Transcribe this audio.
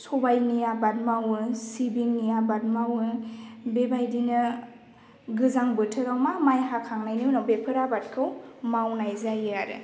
सबाइनि आबाद मावो सिबिंनि आबाद मावो बेबायदिनो गोजां बोथोराव मा माइ हाखांनायनि बेफोर आबादखौ मावनाय जायो आरो